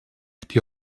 die